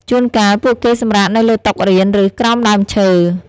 ជួនកាល ពួកគេសម្រាកនៅលើតុរៀន ឬ ក្រោមដើមឈើ។